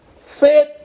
faith